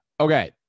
Okay